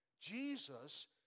Jesus